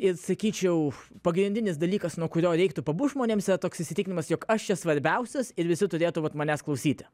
ir sakyčiau pagrindinis dalykas nuo kurio reiktų pabūti žmonėms toks įsitikinimas jog aš čia svarbiausias ir visi turėtų vat manęs klausyti